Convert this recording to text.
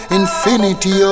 infinity